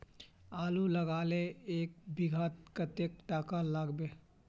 आलूर लगाले एक बिघात कतेक टका लागबे?